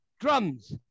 drums